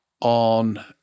on